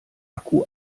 akku